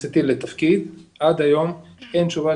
כניסתי לתפקיד עד היום, אין תשובה